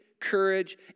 courage